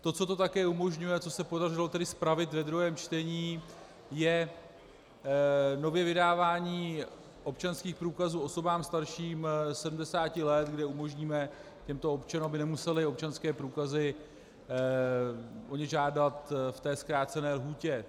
To, co to také umožňuje a co se podařilo spravit ve druhém čtení, je nově vydávání občanských průkazů osobám starším 70 let, kde umožníme těmto občanům, aby nemuseli o občanské průkazy žádat ve zkrácené lhůtě.